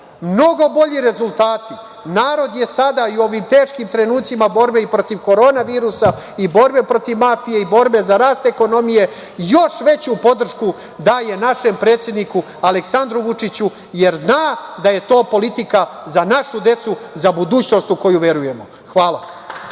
mnogo bolji rezultati, narod je sada i u ovim teškim trenucima borbe i protiv korona virusa i borbe protiv mafije i borbe za rast ekonomije, još veću podršku daje našem predsedniku Aleksandru Vučiću, jer zna da je to politika za našu decu, za budućnost u koju verujemo. Hvala